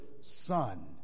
son